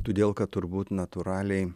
todėl kad turbūt natūraliai